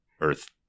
earth